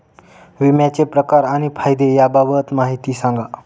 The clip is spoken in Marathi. विम्याचे प्रकार आणि फायदे याबाबत माहिती सांगा